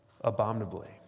abominably